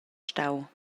stau